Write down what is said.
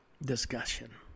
discussion